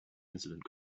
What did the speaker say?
incident